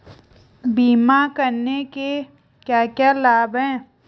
बीमा करने के क्या क्या लाभ हैं?